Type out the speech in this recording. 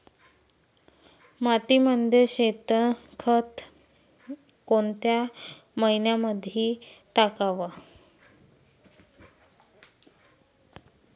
मातीमंदी शेणखत कोनच्या मइन्यामंधी टाकाव?